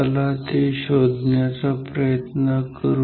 चला ते शोधायचा प्रयत्न करू